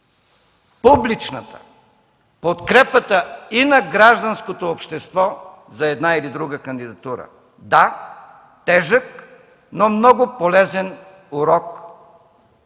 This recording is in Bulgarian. публичната подкрепа – и на гражданското общество, за една или друга кандидатура. Да, тежък, но много полезен урок